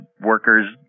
workers